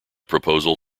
proposal